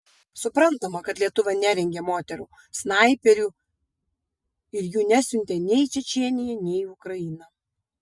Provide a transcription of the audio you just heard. suprantama kad lietuva nerengė moterų snaiperių ir jų nesiuntė nei į čečėniją nei į ukrainą